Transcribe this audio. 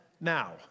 now